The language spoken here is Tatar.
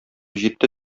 җитте